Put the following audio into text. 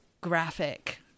graphic